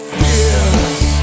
fears